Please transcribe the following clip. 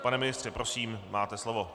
Pane ministře, prosím, máte slovo.